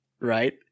right